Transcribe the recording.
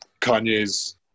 Kanye's